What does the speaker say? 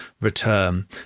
return